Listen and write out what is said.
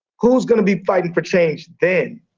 who is gonna be fighting for change then?